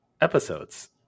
episodes